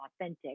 authentic